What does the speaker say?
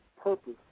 purpose